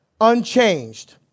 unchanged